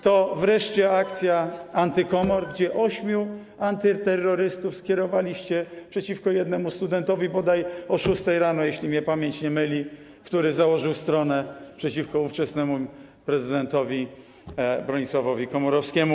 To wreszcie akcja AntyKomor, gdzie ośmiu antyterrorystów skierowaliście przeciwko jednemu studentowi bodaj o 6 rano, jeśli mnie pamięć nie myli, który założył stronę przeciwko ówczesnemu prezydentowi Bronisławowi Komorowskiemu.